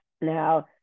now